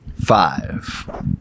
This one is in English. Five